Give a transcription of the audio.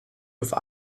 with